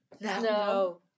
No